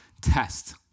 test